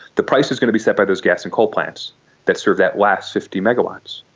the price is going to be set by those gas and coal plants that serve that last fifty megawatts.